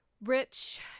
rich